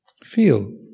Feel